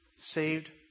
Saved